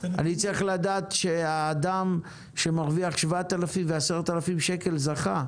אני צריך לדעת שאדם שמרוויח 7,000 ו-10,000 שקלים זכה.